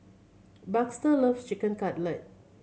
Baxter loves Chicken Cutlet